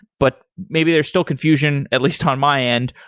but maybe there's still confusion, at least on my end,